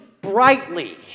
brightly